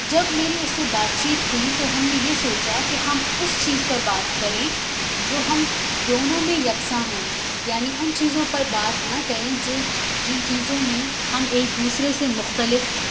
جب میری اس سے بات چیت ہوئی تو ہم نے یہ سوچا کہ ہم اس چیز پر بات کریں جو ہم دونوں میں یکساں ہیں یعنی ان چیزوں پر بات نہ کریں جو جن چیزوں میں ہم ایک دوسرے سے مختلف ہیں